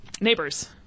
Neighbors